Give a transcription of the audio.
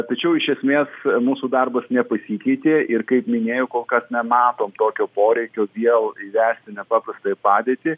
tačiau iš esmės mūsų darbas nepasikeitė ir kaip minėjau kol kas nematom tokio poreikio vėl įvesti nepaprastąją padėtį